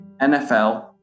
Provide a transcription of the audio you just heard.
NFL